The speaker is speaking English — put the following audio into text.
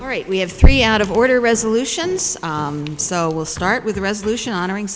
right we have three out of order resolutions so we'll start with a resolution honoring